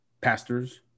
pastors